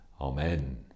Amen